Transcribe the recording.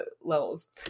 levels